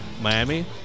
Miami